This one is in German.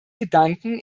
gedanken